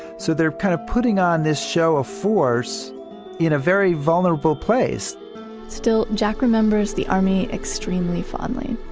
so they're kind of putting on this show of force in a very vulnerable place still, jack remembers the army extremely fondly.